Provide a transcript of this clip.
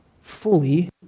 fully